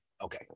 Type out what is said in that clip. Okay